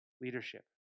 leadership